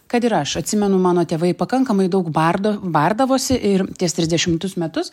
kad ir aš atsimenu mano tėvai pakankamai daug bardo bardavosi ir ties trisdešimtus metus